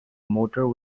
motor